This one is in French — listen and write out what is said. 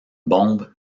bombe